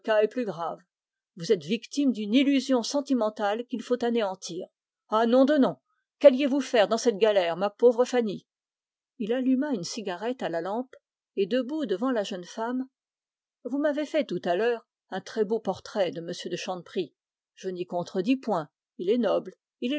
est plus grave vous êtes victime d'une illusion sentimentale qu'il faut anéantir ah nom de nom qualliez vous faire dans cette galère ma pauvre fanny il alluma une cigarette à la lampe et debout devant la jeune femme vous m'avez fait tout à l'heure un beau portrait de m de chanteprie je n'y contredis point il est noble